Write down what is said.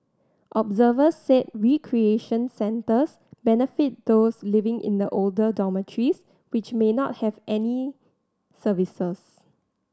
observers said recreation centres benefit those living in the older dormitories which may not have any services